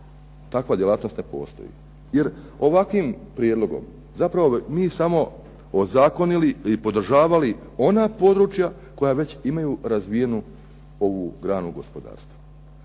takva djelatnost ne postoji? Jer ovakvim prijedlogom zapravo mi samo ozakonili i podržavali ona područja koja već imaju razvijenu ovu granu gospodarstva.